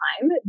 time